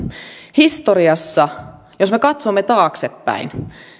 historiassa jos me katsomme taaksepäin